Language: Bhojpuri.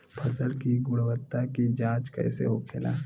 फसल की गुणवत्ता की जांच कैसे होखेला?